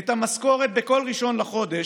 את המשכורת בכל 1 בחודש,